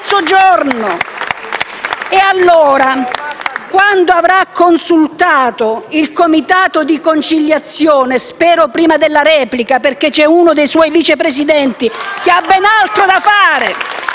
Allora, quando avrà consultato il comitato di conciliazione - spero prima della replica, perché uno dei suoi vicepresidenti ha ben altro da fare